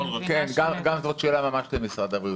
כן, גם זאת שאלה ממש למשרד הבריאות.